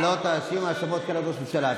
אתה לא תאשים האשמות כאלה ראש ממשלה.